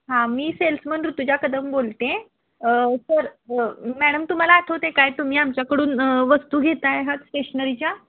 हां मी सेल्समन ऋतुजा कदम बोलते सर मॅडम तुम्हाला आठवते काय तुम्ही आमच्याकडून वस्तू घेत आहे हात स्टेशनरीच्या